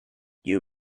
you